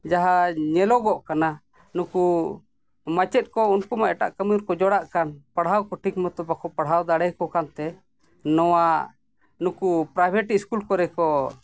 ᱡᱟᱦᱟᱸ ᱧᱮᱞᱚᱜᱚᱜ ᱠᱟᱱᱟ ᱱᱩᱠᱩ ᱢᱟᱪᱮᱫ ᱠᱚ ᱩᱱᱠᱩ ᱢᱟ ᱮᱴᱟᱜ ᱠᱟᱹᱢᱤ ᱨᱮᱠᱚ ᱡᱚᱲᱟᱜ ᱠᱟᱱ ᱯᱟᱲᱦᱟᱣ ᱠᱚ ᱴᱷᱤᱠ ᱢᱚᱛᱳ ᱵᱟᱠᱚ ᱯᱟᱲᱦᱟᱣ ᱫᱟᱲᱮᱭᱟᱠᱚ ᱠᱟᱱᱛᱮ ᱱᱚᱣᱟ ᱱᱩᱠᱩ ᱯᱨᱟᱭᱵᱷᱮᱴ ᱥᱠᱩᱞ ᱠᱚᱨᱮ ᱠᱚ